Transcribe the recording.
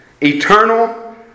eternal